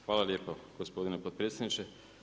Hvala lijepo gospodine potpredsjedniče.